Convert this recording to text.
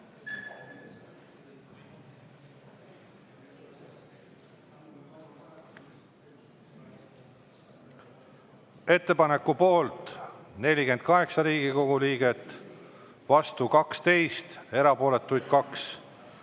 Ettepaneku poolt on 48 Riigikogu liiget, vastu 12, erapooletuid 2.